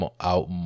out